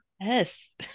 yes